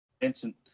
Vincent